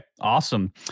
Awesome